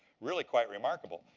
really quite remarkable.